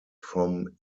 from